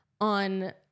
on